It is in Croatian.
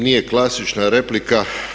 Nije klasična replika.